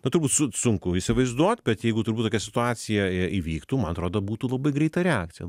na turbūt su sunku įsivaizduot bet jeigu turbūt tokia situacija įvyktų man atrodo būtų labai greita reakcija